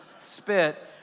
spit